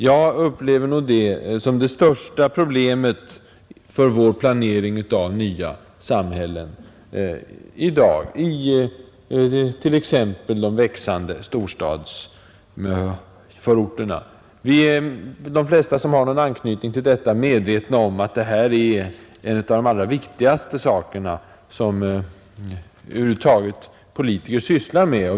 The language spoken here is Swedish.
Det upplever jag som det största problemet för vår planering av nya samhällen, t.ex. i de växande storstadsförorterna. Det är en av de allra viktigaste uppgifter som politiker över huvud taget sysslar med.